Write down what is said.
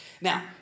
Now